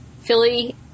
philly